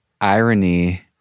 irony